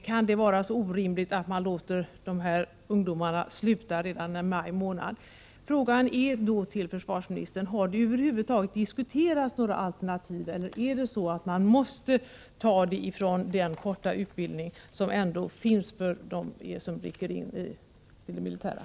Kan det vara så orimligt att låta dessa ungdomar sluta redan i maj månad? Min fråga till försvarsministern är således: Har några alternativ diskuterats eller måste man ta dessa dagar från den korta utbildning som ges dem som rycker in i det militära?